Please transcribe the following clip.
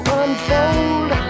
unfold